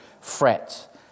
fret